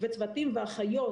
וצוותים ואחיות